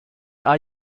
are